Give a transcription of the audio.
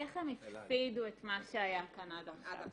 איך הם הפסידו את מה שהיה כאן עד עכשיו.